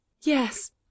Yes